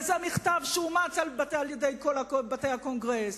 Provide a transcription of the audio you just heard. וזה מכתב שאומץ על-ידי כל בתי הקונגרס,